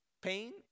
pain